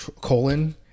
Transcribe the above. colon